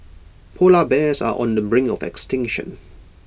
Polar Bears are on the brink of extinction